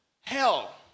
hell